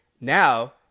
Now